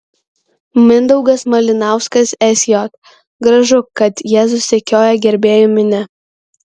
mindaugas malinauskas sj gražu kad jėzų sekioja gerbėjų minia